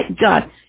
God